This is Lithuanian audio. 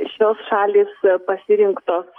šios šalys pasirinktos